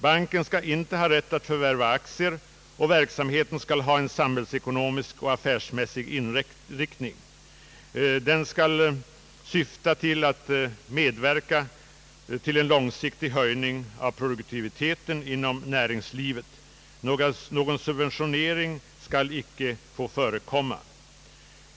Banken skall inte ha rätt att förvärva aktier, och verksamheten skall ha en samhällsekonomisk och affärsmässig inriktning. Banken skall ha till syfte att medverka till en långsiktig höjning av produktiviteten inom näringslivet. Någon subventionering skall ej få förekomma.